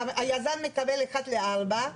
שהיזם מקבל 1 ל-4.